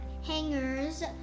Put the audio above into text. hangers